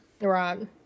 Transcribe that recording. Right